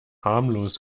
harmlos